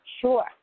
Sure